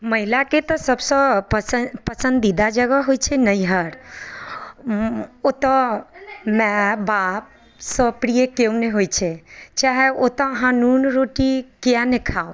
महिलाके तऽ सभसँ पसन्द पसन्दीदा जगह होइ छै नैहर ओतौ माय बापसँ प्रिय केओ नहि होइ छै चाहे ओतौ अहाँ नून रोटी किएक ने खाओ